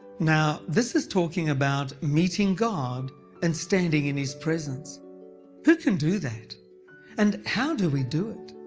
now this is talking about meeting god and standing in his presence. who can do that and how do we do it?